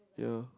ya